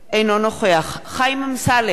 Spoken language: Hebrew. אינו נוכח חיים אמסלם,